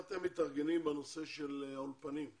רציתי לדעת איך אתם מתארגנים בנושא של האולפנים.